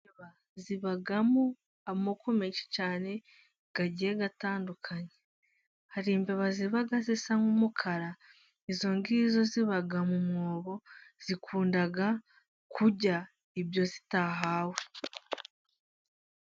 Imbeba zibamo amoko menshi cyane agiye atandukanye, hari imbeba ziba zisa nk'umukara, izo ngizo ziba mu mwobo, zikunda kurya ibyo zitahawe.